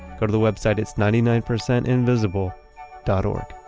go to the website. it's ninety nine percentinvisible dot o